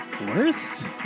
worst